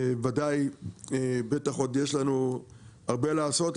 וודאי ובטח עוד יש לנו הרבה לעשות,